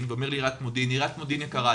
ואומר לעיריית מודיעין: עיריית מודיעין יקרה,